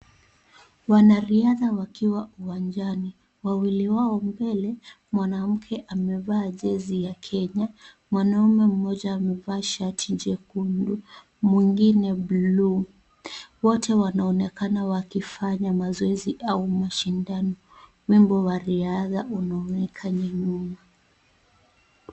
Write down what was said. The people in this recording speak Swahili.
Wanariadha wakiwa uwanjani. Wawili wao mbele, mwanamke amevaa jezi ya Kenya, mwanaume mmoja amevaa shati jekundu, mwingine bluu. Wote wanaonekana wakifanya mazoezi au mashindano. Ukumbi wa riadha unaonekana nyuma.